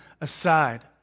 aside